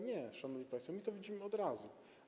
Nie, szanowni państwo, my to widzimy od razu.